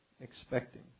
expecting